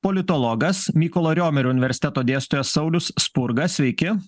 politologas mykolo riomerio universiteto dėstytojas saulius spurga sveiki